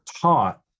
taught